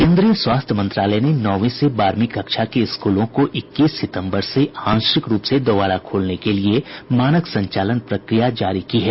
केन्द्रीय स्वास्थ्य मंत्रालय ने नौंवीं से बारहवीं कक्षा के स्कूलों को इक्कीस सितम्बर से आंशिक रूप से दोबारा खोलने के लिए मानक संचालन प्रक्रिया जारी की है